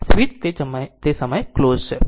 તેથી સ્વીચ તે સમયે ક્લોઝ છે